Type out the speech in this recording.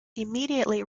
immediately